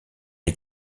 est